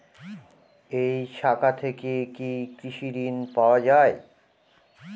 এই শাখা থেকে কি কৃষি ঋণ পাওয়া যায়?